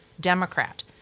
Democrat